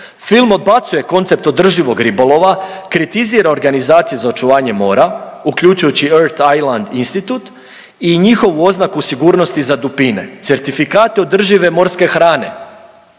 Film odbacuje koncept održivog ribolova, kritizira organizacije za očuvanje mora, uključujući i …/Govornik se ne razumije./…Thailand Institut i njihovu oznaku sigurnosti za dupine, certifikate održive morske hrane,